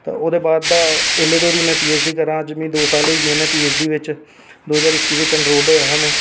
ते ओह्दे बाद दा एह्लै तोड़ी में पी एच डी करा ना अज्ज मिगी दौ साल हाई गे न पी एच डी बिच दो हजार इक्की बिच इनरोल होया हा में